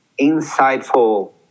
insightful